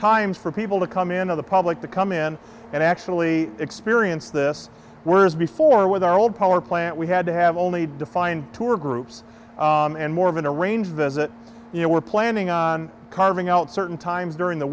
times for people to come into the public to come in and actually experience this were as before with our own power plant we had to have only defined tour groups and more of an arranged visit you know we're planning on carving out certain times during the